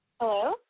Hello